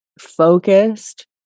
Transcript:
focused